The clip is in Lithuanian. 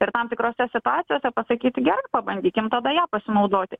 ir tam tikrose situacijose pasakyti gerai pabandykim tada ja pasinaudoti